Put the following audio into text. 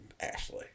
Ashley